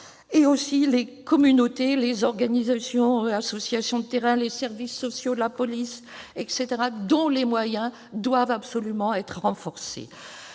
aussi les communautés, les organisations et associations de terrain, les services sociaux et la police, dont les moyens doivent absolument être renforcés.